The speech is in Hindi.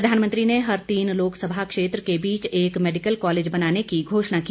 प्रधानमंत्री ने हर तीन लोकसभा क्षेत्र के बीच एक मैडिकल कॉलेज बनाने की घोषणा की